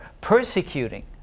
persecuting